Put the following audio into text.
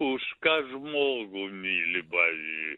už ką žmogų myli pavyzdžiui